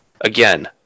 again